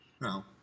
No